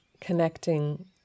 connecting